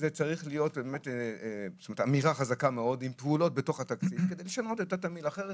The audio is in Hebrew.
דרושה אמירה תקציבית כדי לשנות את התמהיל אחרת